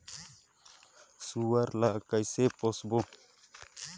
सुअर ला कइसे पोसबो?